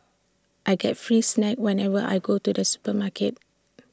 I get free snacks whenever I go to the supermarket